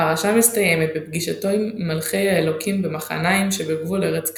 הפרשה מסיימת בפגישתו עם מלאכי אלוהים במחניים שבגבול ארץ כנען.